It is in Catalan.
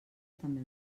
també